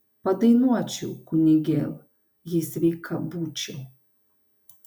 padainuočiau kunigėl jei sveika būčiau